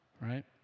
right